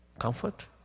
comfort